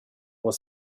was